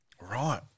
Right